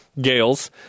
Gales